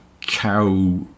cow